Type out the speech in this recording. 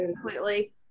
completely